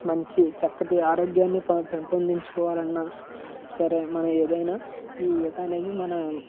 మంచి చక్కటి ఆరోగ్యాన్ని పెంపొందించుకోవాలన్నా సరే మన ఏదైనా ఈ ఈత అనేది మన